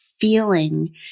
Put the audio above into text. Feeling